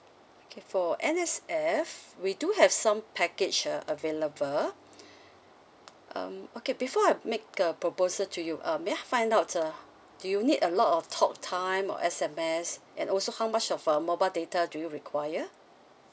okay for N_S_F we do have some package uh available um okay before I make a proposal to you um may I find out uh do you need a lot of talktime or S_M_S and also how much of a mobile data do you require